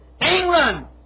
England